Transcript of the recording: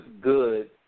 good